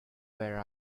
where